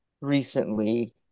recently